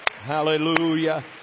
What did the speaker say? Hallelujah